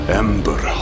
ember